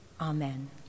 Amen